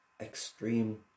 extreme